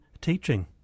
teaching